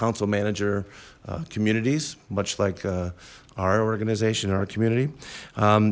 council manager communities much like our organization in our community